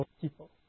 people